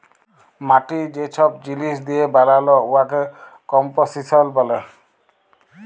মাটি যে ছব জিলিস দিঁয়ে বালাল উয়াকে কম্পসিশল ব্যলে